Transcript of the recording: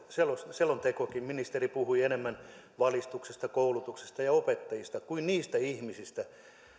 selontekokin ministeri puhui enemmän valistuksesta koulutuksesta ja opettajista kuin niistä ihmisistä